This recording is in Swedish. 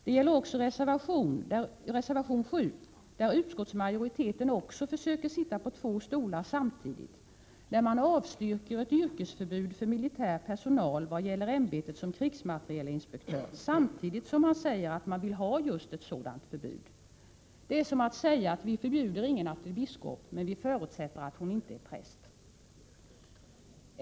Det gäller också reservation 7, där utskottsmajoriteten försöker sitta på två stolar samtidigt, när man avstyrker ett yrkesförbud för militär personal vad gäller ämbetet som krigsmaterielinspektör, samtidigt som man säger att man vill ha just ett sådant förbud. Det är som att säga: Vi förbjuder ingen att bli biskop, men vi förutsätter att hon inte är präst.